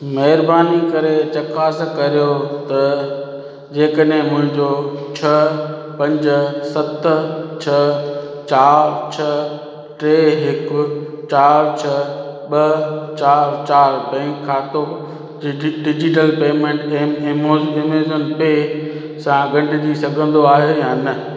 महिरबानी करे चकास करियो त जंहिं कॾहिं मुंहिंजो छह पंज सत छह चारि छह टे हिकु चारि छह ॿ चारि चारि बैंक खातो डिजि डिजिटल पेमेंट एम एमो एमेज़न सां गॾु थी सघंदो आहे या न